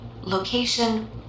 Location